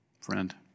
Friend